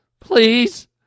Please